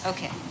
Okay